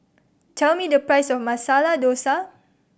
tell me the price of Masala Dosa